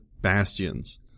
bastions